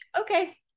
okay